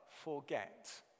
forget